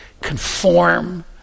conform